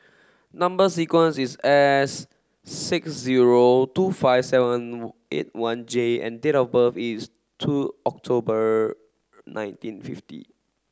number sequence is S six zero two five seven eight one J and date of birth is two October nineteen fifty